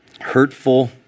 hurtful